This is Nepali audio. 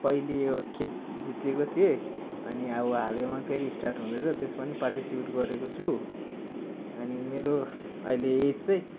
पहिले एकखेप जितेको थिएँ अनि अब हालैमा फेरि स्टार्ट हुँदैछ त्यसमा पनि पार्टिसिपेट गरेको छु अनि मेरो अहिले एज चाहिँ